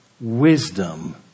wisdom